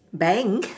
bank